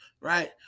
right